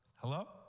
Hello